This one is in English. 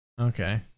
Okay